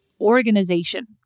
organization